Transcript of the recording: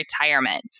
retirement